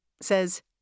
says